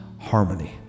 harmony